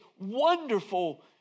wonderful